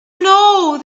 know